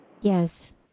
Yes